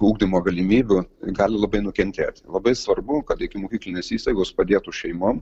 ugdymo galimybių gali labai nukentėti labai svarbu kad ikimokyklinės įstaigos padėtų šeimom